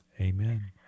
Amen